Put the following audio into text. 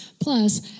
Plus